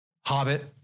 Hobbit